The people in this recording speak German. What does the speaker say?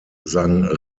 sang